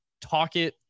Talkit